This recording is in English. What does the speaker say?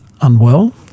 unwell